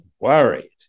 worried